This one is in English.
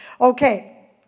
Okay